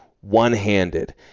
one-handed